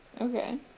Okay